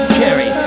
carry